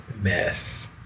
mess